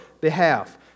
behalf